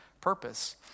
purpose